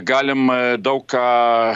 galim daug ką